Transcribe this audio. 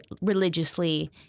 religiously